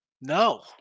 No